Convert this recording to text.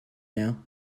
now